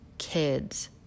kids